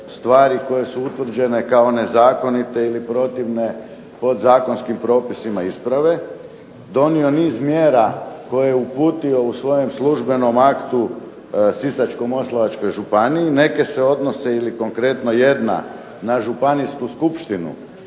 stvari koje su utvrđene kao nezakonite ili protivne podzakonskim propisima isprave, donio niz mjera koje je uputio u svojem službenom aktu Sisačko-moslavačkoj županiji. Neke se odnose, ili konkretno jedna, na Županijsku skupštinu